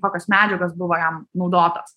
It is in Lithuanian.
kokios medžiagos buvo jam naudotos